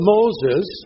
Moses